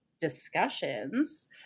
discussions